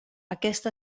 aquest